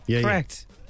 Correct